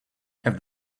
have